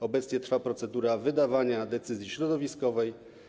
Obecnie trwa procedura wydawania decyzji środowiskowej.